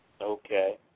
Okay